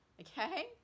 okay